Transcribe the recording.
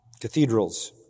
cathedrals